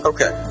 Okay